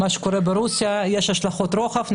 מה שקורה ברוסיה שיש לזה השלכות רוחב.